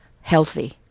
healthy